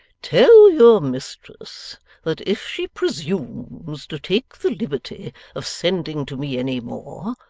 tell your mistress that if she presumes to take the liberty of sending to me any more,